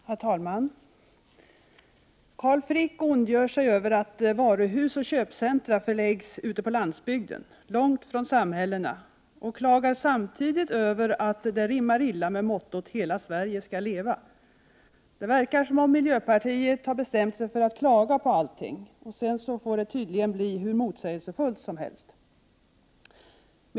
Herr talman! Carl Frick ondgör sig över att varuhus och köpcentra förläggs ute på landsbygden långt från samhällena. Samtidigt klagar han över att detta rimmar illa med mottot Hela Sverige ska leva! Det förefaller som om miljöpartiet har bestämt sig för att klaga på allting. Sedan får det tydligen bli hur motsägelsefullt som helst.